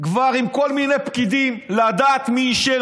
כבר עם כל מיני פקידים לדעת מי אישר